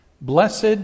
Blessed